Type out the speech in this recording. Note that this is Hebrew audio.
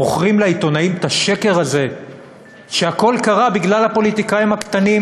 ומוכרים לעיתונאים את השקר הזה שהכול קרה בגלל הפוליטיקאים הקטנים,